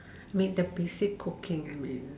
may the basic cocaine I mean